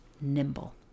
nimble